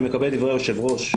אני מקבל את דברי היושב ראש,